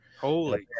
Holy